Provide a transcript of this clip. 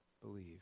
believe